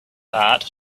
art